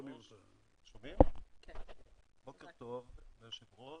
אנחנו התבקשנו על ידי היושב ראש